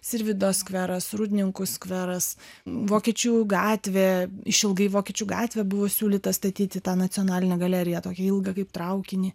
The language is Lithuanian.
sirvydo skveras rūdninkų skveras vokiečių gatvė išilgai vokiečių gatvę buvo siūlyta statyti tą nacionalinę galeriją tokią ilgą kaip traukinį